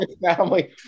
family